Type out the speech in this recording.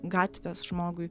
gatvės žmogui